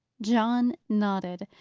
john nodded.